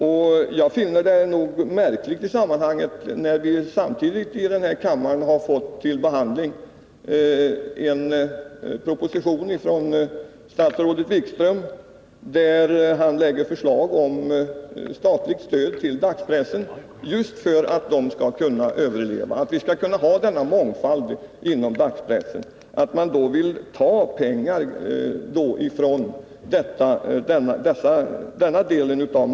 Samtidigt finner jag det märkligt att man vill ta pengar från denna del av massmedia och föra över dem till ett medium som i andra fall kommer att få men av detta, när vi till behandling i kammaren har fått en proposition från statsrådet Wikström, där han lägger fram förslag om statligt stöd till dagspressen just därför att den skall kunna överleva och för att vi skall ha en mångfald tidningar.